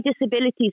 disabilities